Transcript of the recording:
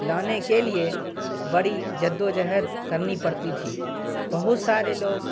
لانے کے لیے بڑی جد و جہد کرنی پڑتی تھی بہت سارے لوگ